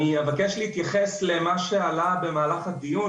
אני אבקש להתייחס למה שעלה במהלך הדיון,